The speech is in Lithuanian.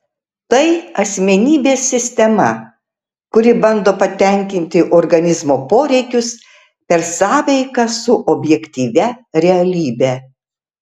tai asmenybės sistema kuri bando patenkinti organizmo poreikius per sąveiką su objektyvia realybe